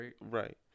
right